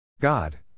God